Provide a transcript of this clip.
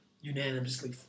unanimously